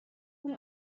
کنی